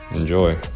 enjoy